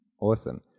Awesome